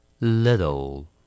Little